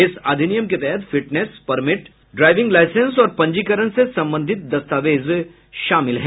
इस अधिनियम के तहत फिटनेस परमिट ड्राइविंग लाइसेंस और पंजीकरण से संबंधित दस्तावेज शामिल हैं